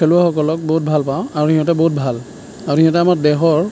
খেলুৱৈসকলক বহুত ভাল পাওঁ আৰু সিহঁতে বহুত ভাল আৰু সিহঁতে আমাৰ দেশৰ